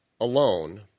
alone